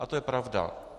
A to je pravda.